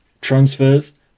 Transfers